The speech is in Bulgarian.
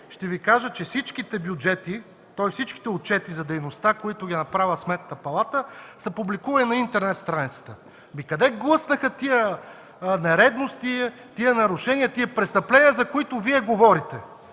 ще Ви кажа, че всичките отчети за дейността, които е направила Сметната палата, са публикувани на интернет страницата. Къде лъснаха тези нередности, тези нарушения, тези престъпления, за които Вие говорите?!